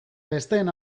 besteen